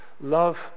love